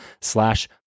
slash